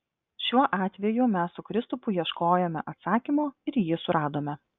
šiuo atveju mes su kristupu ieškojome atsakymo ir jį suradome